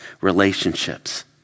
relationships